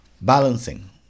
Balancing